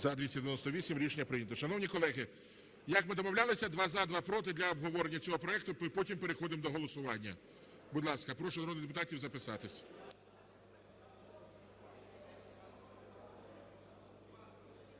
За-298 Рішення прийнято. Шановні колеги, як ми домовлялися, два – за, два – проти для обговорення цього проекту. Потім переходимо до голосування. Будь ласка, прошу народних депутатів записатися.